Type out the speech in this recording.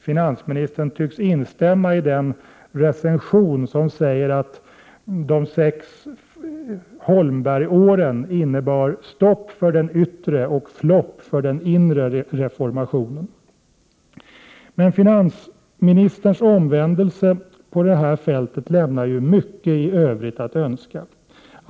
Finansministern tycks instämma i recensionen som säger att de sex Holmbergåren innebar ”stopp för den yttre och flopp för den inre reformationen”. Men finansministerns omvändelse på det här fältet lämnar mycket i övrigt att önska.